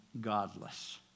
godless